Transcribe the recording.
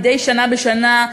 מדי שנה בשנה,